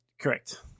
Correct